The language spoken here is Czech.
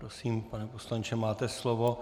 Prosím, pane poslanče, máte slovo.